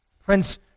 Friends